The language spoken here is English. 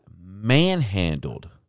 manhandled